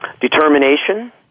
determination